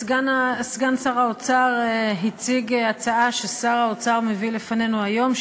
סגן שר האוצר הציג הצעה ששר האוצר מביא לפנינו היום,